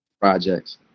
projects